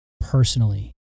personally